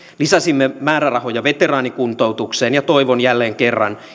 lisäsimme määrärahoja veteraanikuntoutukseen ja toivon jälleen kerran